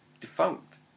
defunct